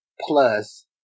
plus